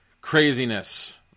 craziness